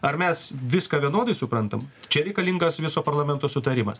ar mes viską vienodai suprantam čia reikalingas viso parlamento sutarimas